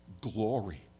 glory